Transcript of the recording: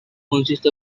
consist